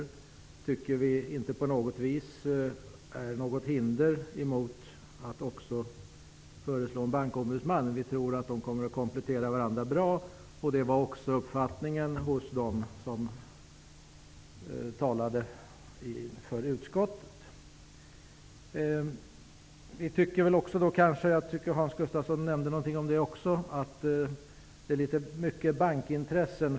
Vi tycker inte på något vis att den är något hinder mot att också föreslå inrättande av en bankombudsman. Vi tror att de kommer att komplettera varandra bra. Det var också uppfattningen hos de som talade inför utskottet. Vi tycker att bankintressen kanske är litet starkt företrädda i Bankbyrån, vilket också Hans Gustafsson nämnde.